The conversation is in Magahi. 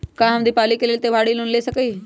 का हम दीपावली के लेल त्योहारी लोन ले सकई?